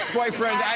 Boyfriend